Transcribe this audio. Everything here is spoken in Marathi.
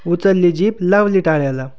उचलली जीभ लावली टाळ्याला